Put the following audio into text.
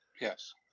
Yes